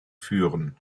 führen